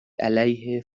علیه